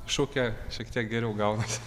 aš ūkyje šiek tiek geriau gaunas